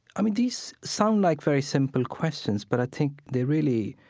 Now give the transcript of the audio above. i mean, these sound like very simple questions, but i think they really,